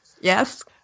yes